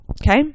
okay